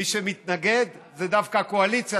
מי שמתנגד זו דווקא הקואליציה,